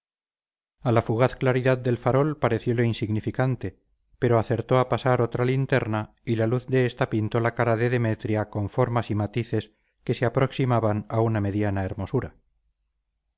a la fugaz claridad del farol pareciole insignificante pero acertó a pasar otra linterna y la luz de esta pintó la cara de demetria con formas y matices que se aproximaban a una mediana hermosura